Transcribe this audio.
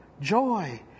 joy